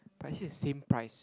but here is same price